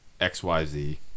XYZ